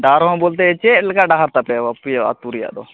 ᱰᱟᱦᱟᱨ ᱦᱚᱸ ᱵᱚᱞᱛᱮ ᱪᱮᱫ ᱞᱮᱠᱟ ᱰᱟᱦᱟᱨ ᱛᱟᱯᱮ ᱟᱯᱮᱭᱟᱜ ᱟᱹᱛᱩ ᱨᱮᱭᱟᱜ ᱫᱚ